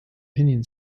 pinion